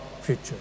future